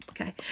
Okay